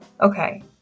okay